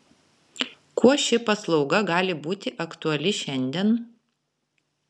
kuo ši paslauga gali būti aktuali šiandien